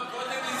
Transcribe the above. לא, קודם יזהר.